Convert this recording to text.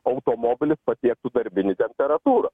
automobilis pasiektų darbinį temperatūrą